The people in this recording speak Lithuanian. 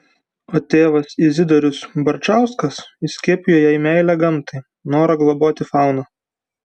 o tėvas izidorius barčauskas įskiepijo jai meilę gamtai norą globoti fauną